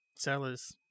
sellers